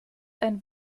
ein